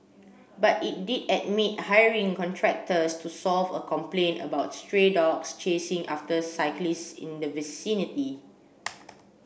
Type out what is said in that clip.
but it did admit hiring contractors to solve a complaint about stray dogs chasing after cyclists in the vicinity